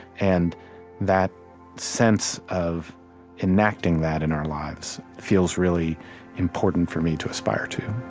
and that sense of enacting that in our lives feels really important for me to aspire to